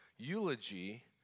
eulogy